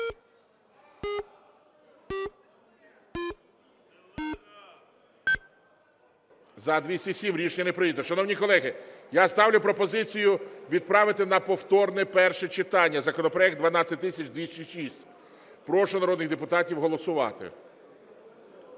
За-207 Рішення не прийнято. Шановні колеги, я ставлю пропозицію відправити на повторне перше читання законопроект 12206. Прошу народних депутатів голосувати.